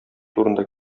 турында